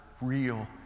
real